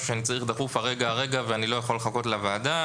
שאני צריך דחוף כרגע ואני לא יכול לחכות לוועדה.